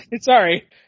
sorry